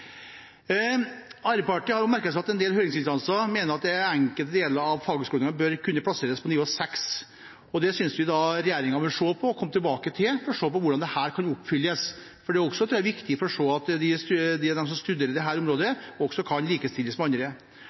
Arbeiderpartiet har også merket seg at en del høringsinstanser mener at enkelte deler av fagskoleutdanningen bør kunne plasseres på nivå 6. Vi synes regjeringen bør komme tilbake til det og se på hvordan det kan oppfylles, for jeg tror det er viktig å se til at de som studerer på dette området, kan likestilles med andre.